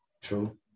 True